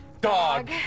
Dog